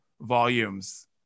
volumes